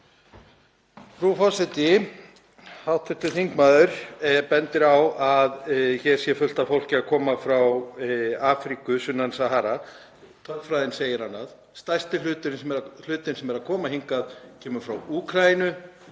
Frú forseti. Hv. þingmaður bendir á að hér sé fullt af fólki að koma frá Afríku, sunnan Sahara. Tölfræðin segir annað, meiri hluti þeirra sem er að koma hingað kemur frá Úkraínu,